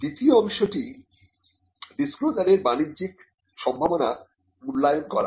দ্বিতীয় অংশটি ডিসক্লোজারের বাণিজ্যিক সম্ভাবনা মূল্যায়ন করা